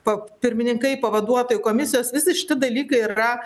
pa pirmininkai pavaduotojai komisijos visi šiti dalykai yra